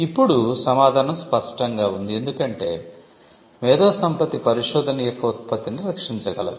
ఇప్పుడు సమాధానం స్పష్టంగా ఉంది ఎందుకంటే మేధోసంపత్తి పరిశోధన యొక్క ఉత్పత్తిని రక్షించగలదు